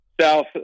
south